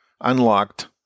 unlocked